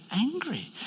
angry